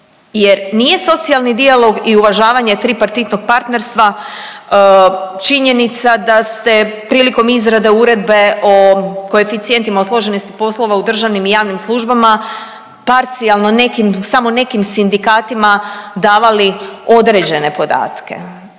Jer nije socijalni dijalog i uvažavanje tripartitnog partnerstva činjenica da ste prilikom izrade uredbe o koeficijentima o složenosti poslova u državnim i javnim službama parcijalno nekim, samo nekim sindikatima davali određene podatke